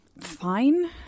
fine